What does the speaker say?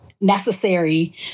necessary